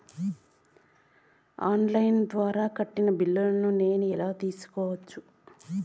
On line ద్వారా కట్టిన బిల్లును నేను ఎలా తెలుసుకోవచ్చు?